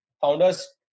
founders